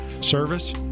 Service